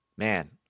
Man